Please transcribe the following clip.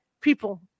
people